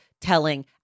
telling